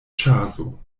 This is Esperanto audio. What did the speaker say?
ĉaso